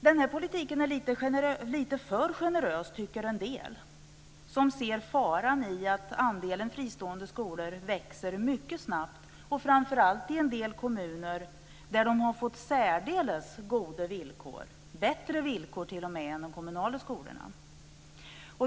Den här politiken är lite för generös, tycker en del som ser faran i att andelen fristående skolor växer mycket snabbt, framför allt i en del kommuner där de har fått särdeles goda villkor - t.o.m. bättre villkor än de kommunala skolorna.